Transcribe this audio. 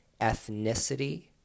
ethnicity